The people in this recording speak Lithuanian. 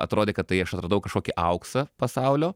atrodė kad tai aš atradau kažkokį auksą pasaulio